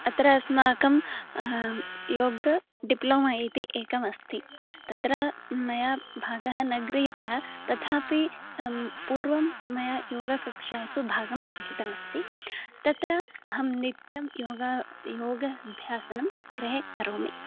अत्र अस्माकं योगस्य डिप्लमो इति एकम् अस्ति तत्र मया भागः न गृहीतः तथापि पूर्वं मया योगकक्ष्यासु भागं गृहीतमस्ति तत्र अहं नित्यं योगः योगाभ्यासनं गृहे करोमि